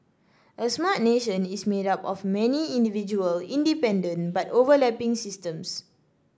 a Smart Nation is made up of many individual independent but overlapping systems